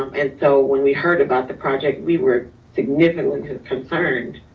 um and so when we heard about the project, we were significantly concerned